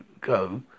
go